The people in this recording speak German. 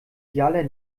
idealer